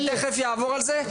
אבל אני תכף אעבור על זה.